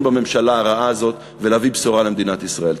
בממשלה הרעה הזאת ולהביא בשורה למדינת ישראל.